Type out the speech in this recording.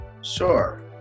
Sure